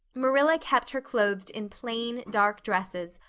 marilla kept her clothed in plain, dark dresses,